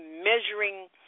measuring